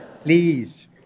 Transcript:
please